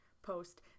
post